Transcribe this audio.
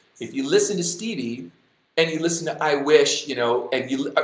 if you listen to stevie and you listen to i wish you know and you, ah